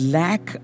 lack